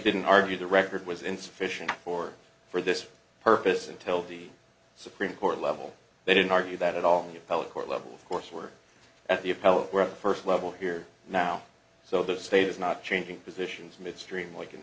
didn't argue the record was insufficient or for this purpose until the supreme court level they didn't argue that all public court level of course work at the appellate work first level here now so the state is not changing positions midstream like in